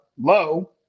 low